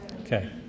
Okay